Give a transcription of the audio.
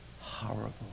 horrible